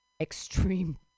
extreme